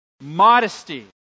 modesty